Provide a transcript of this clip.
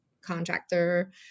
contractor